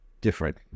different